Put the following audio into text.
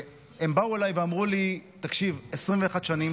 הם באו אליי ואמרו לי, תקשיב, 21 שנים